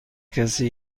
کسی